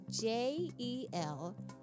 j-e-l